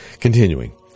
Continuing